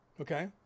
Okay